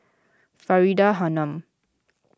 Faridah Hanum